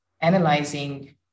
analyzing